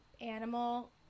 Animal